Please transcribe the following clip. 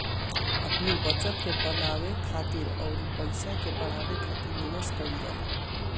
अपनी बचत के बनावे खातिर अउरी पईसा के बढ़ावे खातिर निवेश कईल जाला